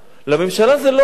לממשלה זה לא עולה.